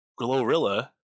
Glorilla